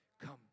come